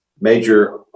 major